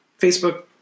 Facebook